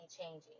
changing